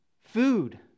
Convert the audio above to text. food